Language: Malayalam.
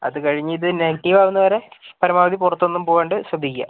അത് കഴിഞ്ഞ് ഇത് നെഗറ്റീവ് ആവുന്നത് വരെ പരമാവധി പുറത്ത് ഒന്നും പോകാണ്ട് ശ്രദ്ധിക്കുക